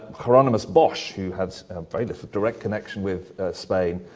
hieronymus bosch, who had very little direct connection with spain,